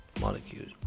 Molecules